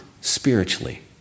spiritually